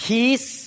Peace